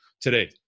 today